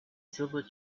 silver